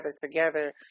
together